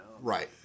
Right